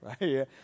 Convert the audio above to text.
right